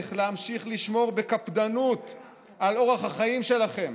להמשיך לשמור בקפדנות על אורח החיים שלכם,